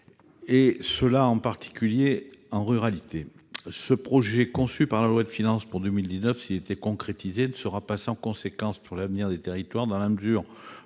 et ce en particulier dans le monde rural. Ce projet, conçu par la loi de finances pour 2019, s'il était concrétisé, ne sera pas sans conséquence sur l'avenir des territoires dans la mesure où